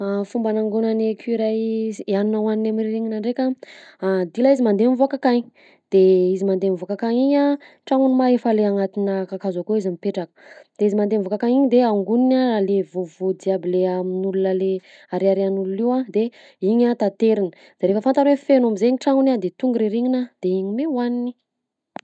Fomba anangonan'ny écureuils s- i hanina hohaniny amy rirignina ndraika: dila izy mandeha mivoaka akagny, de izy mandeha mivoaka akagny igny a tragnony ma efa le agnatinà kakazo akao izy mipetraka, de izy mandeha mivoaka akagny igny de angoniny a le voavoa jiaby le amin'olona le ariarian'olona io a de igny a tateriny, de rehefa fantany hoe feno am'zay ny tragnony a de tonga rirignina de igny mi hohaniny.